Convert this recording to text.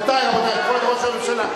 רבותי, רבותי, כבוד ראש הממשלה.